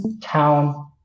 town